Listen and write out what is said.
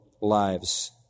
lives